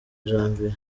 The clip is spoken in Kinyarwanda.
janvier